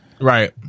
right